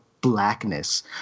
blackness